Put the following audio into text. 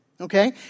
okay